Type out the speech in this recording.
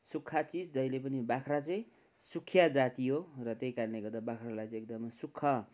सुक्खा चिज जहिले पनि बाख्रा चाहिँ सुखिया जाति हो र त्यही कारणले गर्दा बाख्रालाई चाहिँ सुक्खा